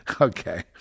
okay